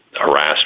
harassed